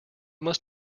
must